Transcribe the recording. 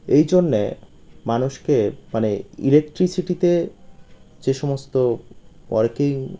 এই জন্যে মানুষকে মানে ইলেকট্রিসিটিতে যে সমস্ত ওয়ার্কিং